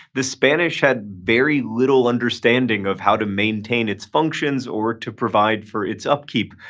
the spanish had very little understanding of how to maintain its functions or to provide for its upkeep.